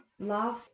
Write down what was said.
love